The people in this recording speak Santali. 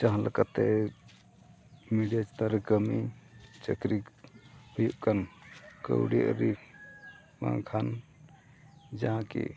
ᱡᱟᱦᱟᱸ ᱞᱮᱠᱟᱛᱮ ᱢᱤᱰᱤᱭᱟ ᱪᱮᱛᱟᱱ ᱨᱮ ᱠᱟᱹᱢᱤ ᱪᱟᱠᱨᱤ ᱦᱩᱭᱩᱜ ᱠᱟᱱ ᱠᱟᱣᱰᱤ ᱟᱹᱨᱤ ᱵᱟᱝᱠᱷᱟᱱ ᱡᱟᱦᱟᱸ ᱠᱤ